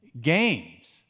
games